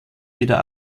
wieder